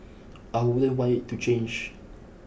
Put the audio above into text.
I wouldn't want it to change